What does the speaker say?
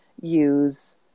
use